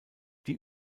die